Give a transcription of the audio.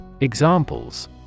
Examples